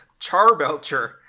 Charbelcher